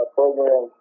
program